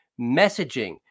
messaging